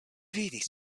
vidis